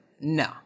no